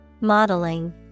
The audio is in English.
Modeling